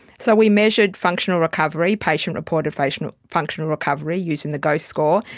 so we measured functional recovery, patient reported functional functional recovery using the gose score,